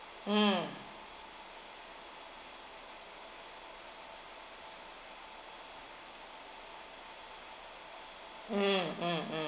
mm mm mm mm